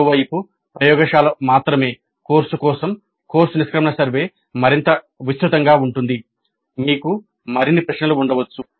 మరోవైపు ప్రయోగశాల మాత్రమే కోర్సు కోసం కోర్సు నిష్క్రమణ సర్వే మరింత విస్తృతంగా ఉంటుంది మీకు మరిన్ని ప్రశ్నలు ఉండవచ్చు